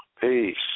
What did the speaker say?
peace